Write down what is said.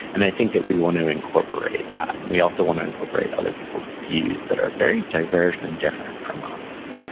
and i think that we want to incorporate that, and we also want to incorporate other people's views that are very diverse and different from us,